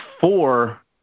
four